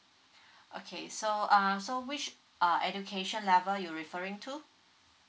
okay so uh so which uh education level you referring to